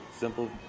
Simple